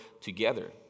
together